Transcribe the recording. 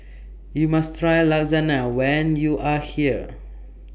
YOU must Try Lasagna when YOU Are here